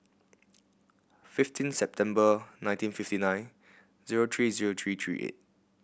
fifteen September nineteen fifty nine zero three zero three three eight